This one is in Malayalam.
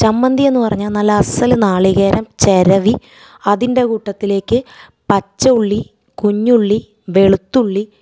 ചമ്മന്തിയെന്ന് പറഞ്ഞാൽ നല്ല അസ്സൽ നാളികേരം ചിരവി അതിൻ്റെ കൂട്ടത്തിലേക്ക് പച്ച ഉള്ളി കുഞ്ഞുള്ളി വെളുത്തുള്ളി